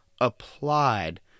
applied